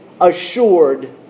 assured